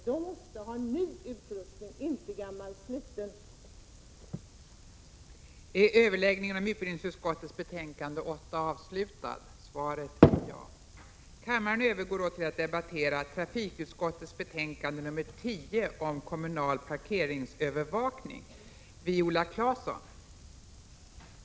De måste ha ny dyr utrustning — det räcker inte med gammal och försliten utrustning.